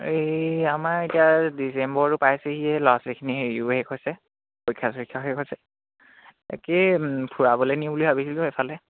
এই আমাৰ এতিয়া ডিচেম্বৰো পাইছেহিয়ে ল'ৰা ছোৱালীখিনিৰ হেৰিও শেষ হৈছে পৰীক্ষা চৰিক্ষা শেষ হৈছে একেই ফুৰাবলৈ নিও বুলি ভাবিছিলোঁ এইফালে